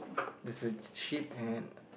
that's a chick